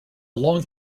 long